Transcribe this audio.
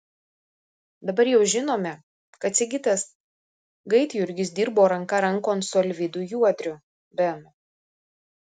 dabar jau žinome kad sigitas gaidjurgis dirbo ranka rankon su alvydu juodriu benu